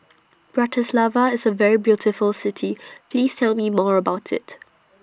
Bratislava IS A very beautiful City Please Tell Me More about IT